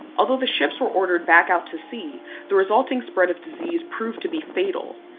although the ships were ordered back out to sea the resulting spread of disease proved to be fatal.